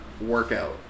workout